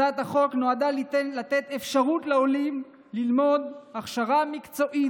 הצעת החוק שלי נועדה לתת אפשרות לעולים ללמוד הכשרה מקצועית,